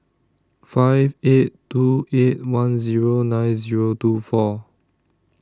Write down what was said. five eight two eight one Zero nine Zero two four